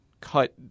cut